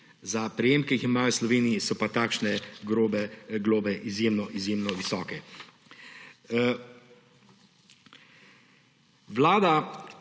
za prejemke, ki jih imajo v Sloveniji, so pa takšne globe izjemno izjemno visoke. Na